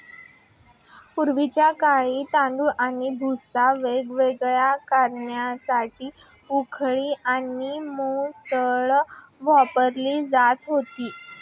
पूर्वीच्या काळी तांदूळ आणि भुसा वेगवेगळे करण्यासाठी उखळ आणि मुसळ वापरले जात होते